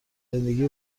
زندگی